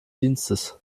dienstes